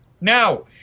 Now